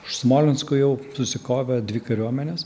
už smolensko jau susikovė dvi kariuomenės